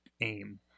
aim